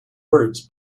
words